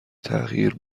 تغییر